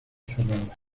cerrada